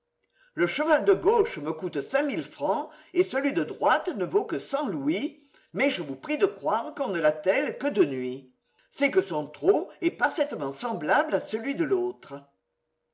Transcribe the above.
le cheval de gauche me coûté cinq mille francs et celui de droite ne vaut que cent louis mais je vous prie de croire qu'on ne l'attelle que de nuit c'est que son trot est parfaitement semblable à celui de l'autre